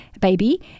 baby